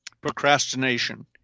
Procrastination